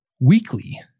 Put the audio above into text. weekly